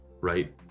right